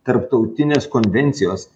tarptautinės konvencijos